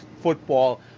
football